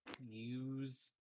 use